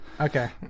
Okay